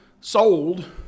sold